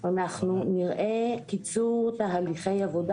אנחנו נראה קיצור תהליכי עבודה.